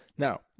Now